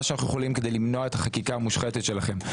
שאנחנו יכולים כדי למנוע את החקיקה המושחתת שלכם.